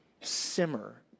simmer